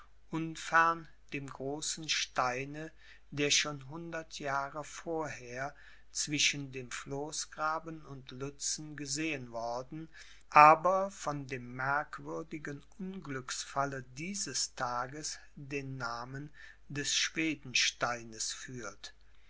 unfern dem großen steine der schon hundert jahre vorher zwischen dem floßgraben und lützen gesehen worden aber von dem merkwürdigen unglücksfalle dieses tages den namen des schwedensteines führt